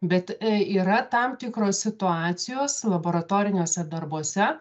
bet yra tam tikros situacijos laboratoriniuose darbuose